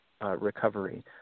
recovery